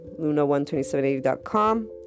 luna12780.com